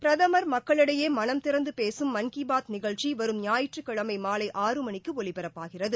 பிரதமர் மக்கிடையே மனம் திறந்து பேசும் மன் கி பாத் நிகழ்ச்சி வரும் ஞாயிற்றுக்கிழமை மாலை ஆறு மணிக்கு ஒலிபரப்பாகிறது